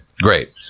great